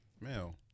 male